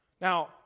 Now